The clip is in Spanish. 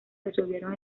resolvieron